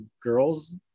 girls